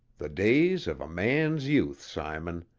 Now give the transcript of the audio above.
the days of a man's youth, simon!